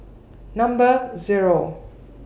Number Zero